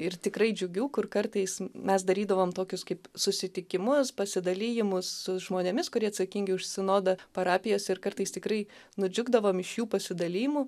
ir tikrai džiugių kur kartais mes darydavom tokius kaip susitikimus pasidalijimus su žmonėmis kurie atsakingi už sinodą parapijas ir kartais tikrai nudžiugdavo mišių pasidalijimu